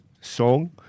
song